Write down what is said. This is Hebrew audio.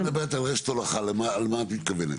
כשאת מדברת על רשת הולכה למה את מתכוונת?